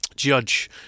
judge